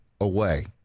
away